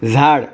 झाड